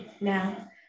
now